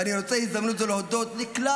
ואני רוצה בהזדמנות זו להודות לכלל